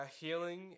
healing